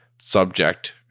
subject